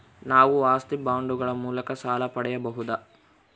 ನಾವು ಆಸ್ತಿ ಬಾಂಡುಗಳ ಮೂಲಕ ಸಾಲ ಪಡೆಯಬಹುದಾ?